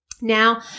Now